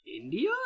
India